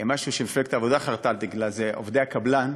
משהו שמפלגת העבודה חרתה על דגלה, עובדי הקבלן,